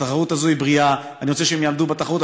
התחרות הזאת בריאה ואני רוצה שהם יעמדו בתחרות,